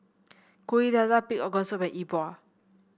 Kuih Dadar Pig Organ Soup and E Bua